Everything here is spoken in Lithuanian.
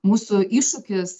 mūsų iššūkis